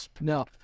No